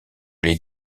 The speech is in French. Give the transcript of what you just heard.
les